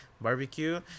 barbecue